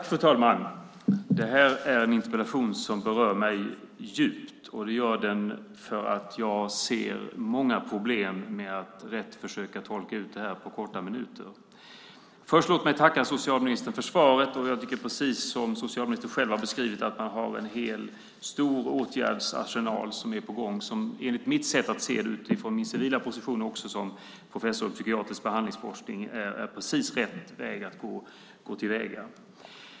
Fru talman! Detta är en interpellation som berör mig djupt. Det gör den för att jag ser många problem med att rätt försöka tolka ut detta på några få minuter. Först vill jag tacka socialministern för svaret. Jag tycker, precis som socialministern själv har beskrivit, att man har en stor åtgärdsarsenal som är på gång och som enligt mitt sätt att se det, utifrån min civila position som professor i psykiatrisk behandlingsforskning, är precis rätt väg att gå.